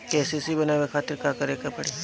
KCC बनवावे खातिर का करे के पड़ी?